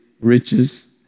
riches